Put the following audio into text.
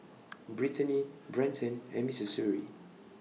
Britany Brenton and Missouri